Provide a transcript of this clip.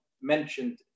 mentioned